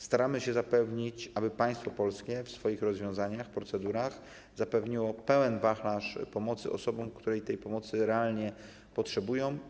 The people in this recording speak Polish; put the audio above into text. Staramy się sprawić, aby państwo polskie w swoich rozwiązaniach, procedurach zapewniło pełen wachlarz pomocy osobom, której tej pomocy realnie potrzebują.